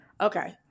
Okay